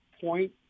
point